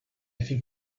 think